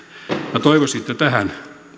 minä toivoisin että tähän